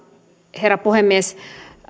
herra puhemies